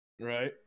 right